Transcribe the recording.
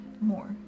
more